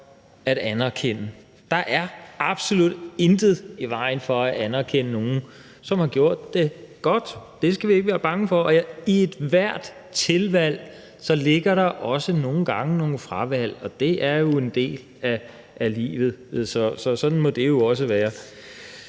at anerkende, der er absolut intet i vejen for at anerkende nogen, som har gjort det godt – det skal vi ikke være bange for. Ved ethvert tilvalg ligger der også nogle gange nogle fravalg, og det er jo en del af livet. Sådan må det jo også være.